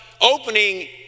opening